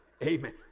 Amen